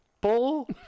Bull